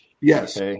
Yes